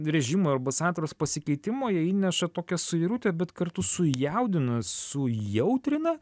režimą arba santaros pasikeitimo jie įneša tokią suirutę bet kartu sujaudina sujautrina